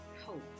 hope